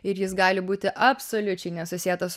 ir jis gali būti absoliučiai nesusietas su